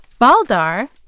Baldar